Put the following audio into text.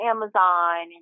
Amazon